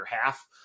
half